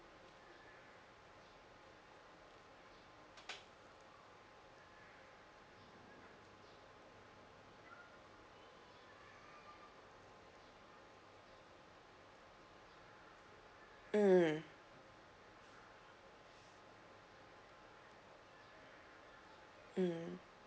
mm mm